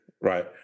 Right